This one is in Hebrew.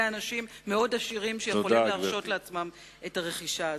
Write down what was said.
אנשים מאוד עשירים שיכולים להרשות לעצמם את הרכישה הזאת.